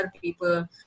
people